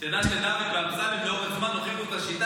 תדע שדוד ואמסלם הוכיחו לאורך זמן את השיטה,